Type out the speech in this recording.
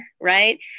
right